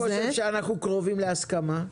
אני חושב שאנחנו קרובים להסכמה.